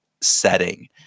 setting